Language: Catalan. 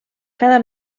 cada